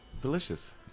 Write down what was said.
Delicious